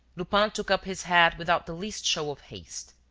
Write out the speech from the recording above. lupin took up his hat without the least show of haste.